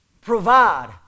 Provide